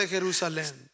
Jerusalem